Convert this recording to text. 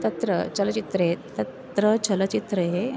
तत्र चलचित्रे तत्र छलचित्रे